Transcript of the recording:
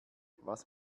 was